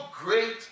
great